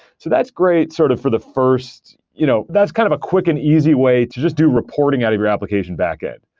so that's great sort of for the first you know that's that's kind of a quick and easy way to just do reporting out of your application backend.